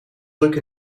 druk